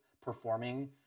performing